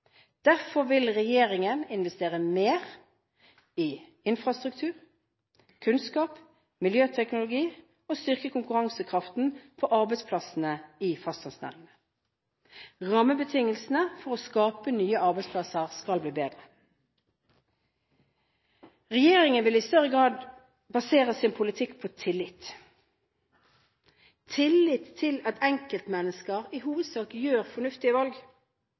Derfor vil regjeringen investere mer i infrastruktur, kunnskap, miljøteknologi og styrke konkurransekraften for arbeidsplassene i fastlandsnæringene. Rammebetingelsene for å skape nye arbeidsplasser skal bli bedre. Regjeringen vil i større grad basere sin politikk på tillit. Tillit til at enkeltmennesker i hovedsak gjør fornuftige valg,